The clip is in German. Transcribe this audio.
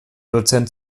dozent